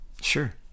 sure